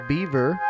Beaver